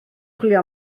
chwilio